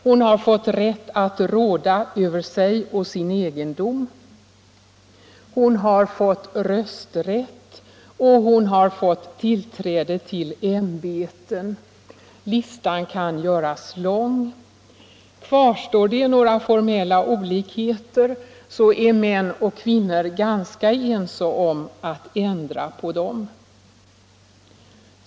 Hon har fått rätt att råda över sig och sin egendom, hon har fått rösträtt och hon har fått tillträde till ämbeten. Listan kan göras lång. Kvarstår det några formella olikheter, så är män och kvinnor ganska ense om att ändra på dem.